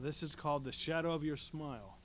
this is called the shadow of your smile